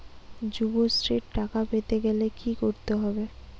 যুবশ্রীর টাকা পেতে গেলে কি করতে হবে?